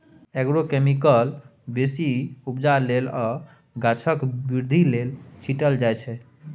agrochemicals बेसी उपजा लेल आ गाछक बृद्धि लेल छीटल जाइ छै